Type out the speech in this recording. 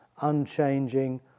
unchanging